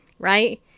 Right